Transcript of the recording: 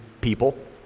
people